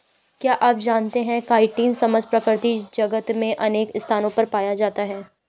क्या आप जानते है काइटिन समस्त प्रकृति जगत में अनेक स्थानों पर पाया जाता है?